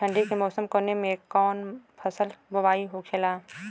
ठंडी के मौसम कवने मेंकवन फसल के बोवाई होखेला?